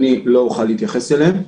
אני לא אוכל להתייחס אליהם.